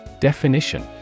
Definition